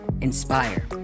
inspire